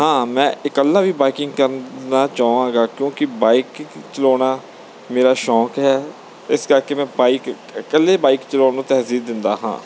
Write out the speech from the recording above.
ਹਾਂ ਮੈਂ ਇਕੱਲਾ ਵੀ ਬਾਈਕਿੰਗ ਕਰਨਾ ਚਾਹਵਾਂਗਾ ਕਿਉਂਕਿ ਬਾਈਕ ਚਲਾਉਣਾ ਮੇਰਾ ਸ਼ੌਂਕ ਹੈ ਇਸ ਕਰਕੇ ਮੈਂ ਬਾਈਕ ਇਕੱਲੇ ਬਾਈਕ ਚਲਾਉਣ ਨੂੰ ਤਰਜੀਹ ਦਿੰਦਾ ਹਾਂ